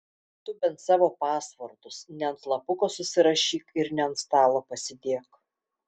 tu bent savo pasvordus ne ant lapuko susirašyk ir ne ant stalo pasidėk